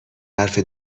حرف